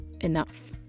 enough